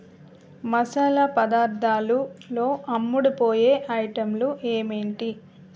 మసాలా పదార్థాలు లో అమ్ముడుపోయే ఐటెంలు ఏమేంటి